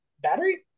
Battery